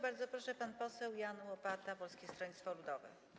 Bardzo proszę, pan poseł Jan Łopata, Polskie Stronnictwo Ludowe.